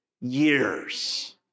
years